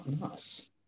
nice